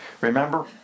Remember